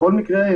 בכל מקרה,